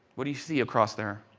what do you see across there?